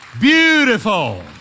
Beautiful